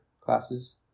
classes